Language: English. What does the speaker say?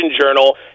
journal